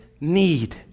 need